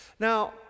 Now